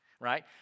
right